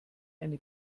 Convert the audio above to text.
eine